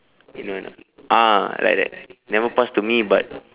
you know or not ah like that never pass to me but